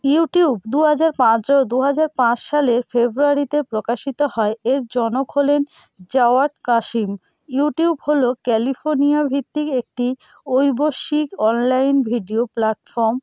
YouTube দু হাজার পাঁচ দু হাজার পাঁচ সালের ফেব্রুয়ারিতে প্রকাশিত হয় এর জনক হলেন জাওয়াট কাশিম ইউটিউব হলো ক্যালিফোর্নিয়া ভিত্তিক একটি আবশ্যিক অনলাইন ভিডিও প্ল্যাটফর্ম